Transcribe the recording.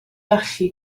gallu